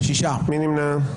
מי נמנע?